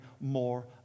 more